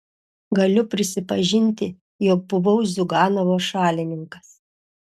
galiu prisipažinti jog buvau ziuganovo šalininkas